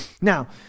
Now